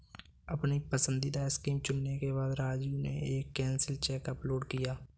अपनी पसंदीदा स्कीम चुनने के बाद राजू ने एक कैंसिल चेक अपलोड किया